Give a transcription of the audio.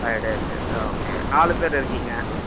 five days ஆ okay நாலு பேர் இருக்கீங்க